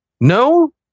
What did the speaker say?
No